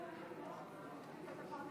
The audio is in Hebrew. תוצאות